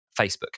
Facebook